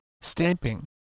stamping